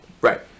Right